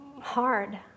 hard